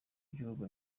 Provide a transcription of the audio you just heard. gihugu